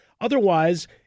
Otherwise